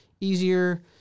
easier